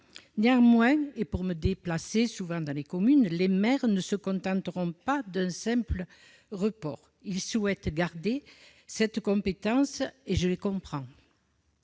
Néanmoins- je le sais pour me déplacer souvent dans les communes -, les maires ne se contenteront pas d'un simple report ; ils souhaitent garder la compétence, et je les comprends.